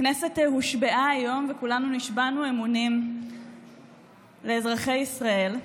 הכנסת הושבעה היום וכולנו נשבענו אמונים לאזרחי ישראל,